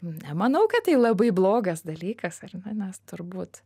nemanau kad tai labai blogas dalykas ar ne nes turbūt